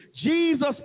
Jesus